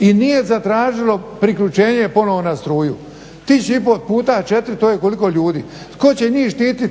i nije zatražilo priključenje ponovno na struju. 1500 puta 4 to je koliko ljudi? Tko će njih štiti